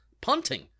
punting